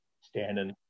standing